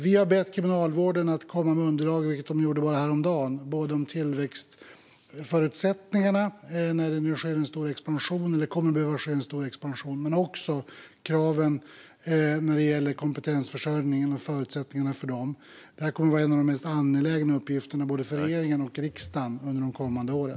Vi har bett Kriminalvården att komma med underlag, vilket man gjorde bara häromdagen, både om tillväxtförutsättningarna nu när det sker eller kommer att behöva ske en stor expansion och om kraven när det gäller kompetensförsörjningen och förutsättningarna för den. Det här kommer att vara en av de mest angelägna uppgifterna för både regeringen och riksdagen under de kommande åren.